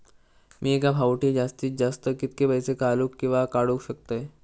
मी एका फाउटी जास्तीत जास्त कितके पैसे घालूक किवा काडूक शकतय?